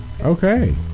okay